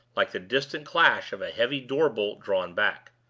like the distant clash of a heavy door-bolt drawn back.